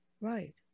Right